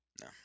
No